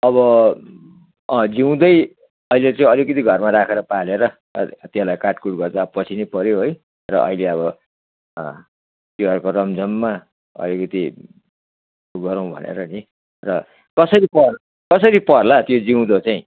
अब जिउँदै अहिले चाहिँ अलिकति घरमा राखेर पालेर त्यसलाई काटकुट गर्दा पछि नै पऱ्यो है र अहिले अब तिहारको रमझममा अलिकति ऊ गरौँ भनेर नि र कसरी पर् कसरी पर्ला त्यो जिउँदो चाहिँ